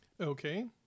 Okay